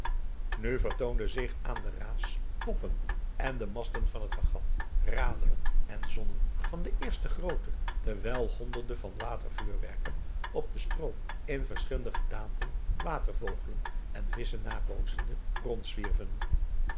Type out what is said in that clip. nu vertoonde zich aan de raas toppen en de masten van het fregat raderen en zonnen van de eerste grootte terwijl honderde van watervuurwerken op den stroom in verschillende gedaanten watervogelen en visschen nabootsende rondzwierven